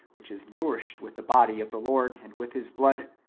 which is nourished with the body of the lord and with his blood,